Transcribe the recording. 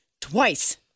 Twice